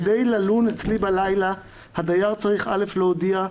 כדי ללון אצלי בלילה הדייר צריך להודיע,